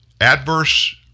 adverse